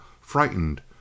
frightened